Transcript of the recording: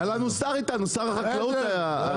היה לנו שר איתנו, שר החקלאות היה.